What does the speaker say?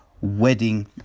Wedding